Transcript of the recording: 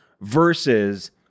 versus